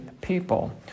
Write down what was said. people